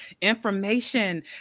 information